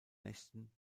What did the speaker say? nächten